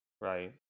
Right